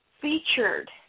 featured